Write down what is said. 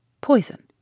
poison